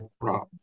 problem